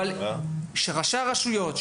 אבל שראשי הרשויות,